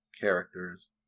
characters